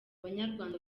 banyarwanda